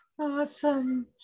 Awesome